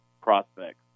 prospects